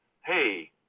hey